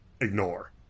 ignore